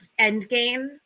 Endgame